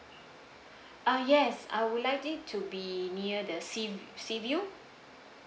uh yes I would like it to be near the sea sea view